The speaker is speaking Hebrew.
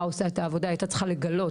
הייתה עושה את העבודה היא הייתה צריכה לגלות